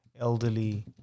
Elderly